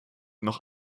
noch